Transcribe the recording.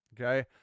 Okay